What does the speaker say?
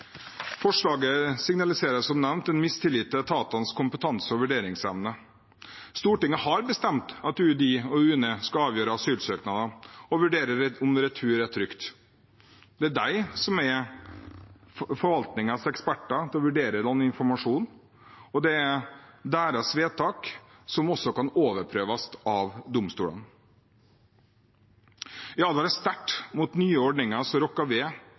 Forslaget signaliserer, som nevnt, en mistillit til etatenes kompetanse og vurderingsevne. Stortinget har bestemt at UDI og UNE skal avgjøre asylsøknader og vurdere om retur er trygt. Det er de som er forvaltningens eksperter til å vurdere landinformasjon, og det er deres vedtak som også kan overprøves av domstolen. Jeg advarer sterkt mot nye ordninger som rokker ved